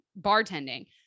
bartending